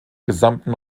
gesamten